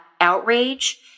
outrage